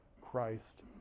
christ